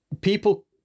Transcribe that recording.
People